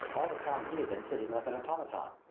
all the time he had been sitting like an automaton.